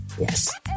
Yes